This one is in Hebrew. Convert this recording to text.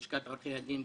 לשכת עורכי הדין,